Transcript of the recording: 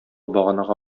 баганага